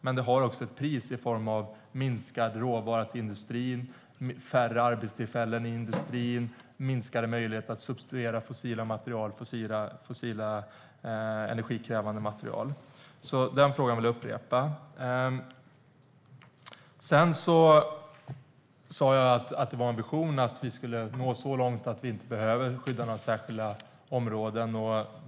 Men det har också ett pris i form av minskad råvara till industrin, färre arbetstillfällen i industrin och minskade möjligheter att substituera fossila energikrävande material. Den frågan vill jag alltså upprepa. Jag sa att det var en ambition att vi skulle nå så långt att vi inte behöver skydda några särskilda områden.